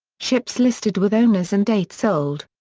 ships listed with owners and dates sold.